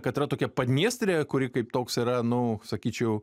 kad yra tokia padniestrė kuri kaip toks yra nu sakyčiau